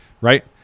Right